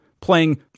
playing